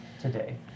today